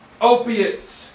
opiates